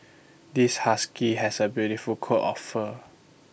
this husky has A beautiful coat of fur